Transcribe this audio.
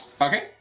Okay